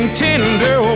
tender